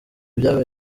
byabaye